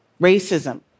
Racism